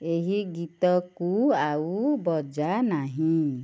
ଏହି ଗୀତକୁ ଆଉ ବଜା ନାହିଁ